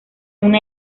una